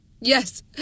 Yes